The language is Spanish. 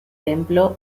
templo